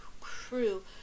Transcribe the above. crew